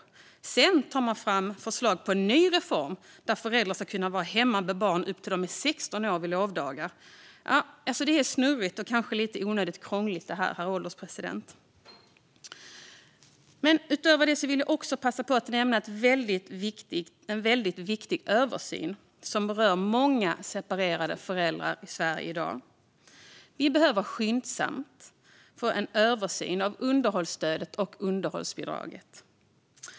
Därefter tar man fram förslag till en ny reform där föräldrar ska kunna vara hemma med barn vid lovdagar fram till dess att de är 16 år. Det är snurrigt och kanske lite onödigt krångligt det här, herr ålderspresident. Jag vill också passa på att nämna en väldigt viktig översyn som berör många separerade föräldrar i Sverige i dag. Vi behöver skyndsamt få en översyn av underhållsstödet och underhållsbidraget.